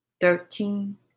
thirteen